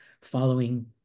following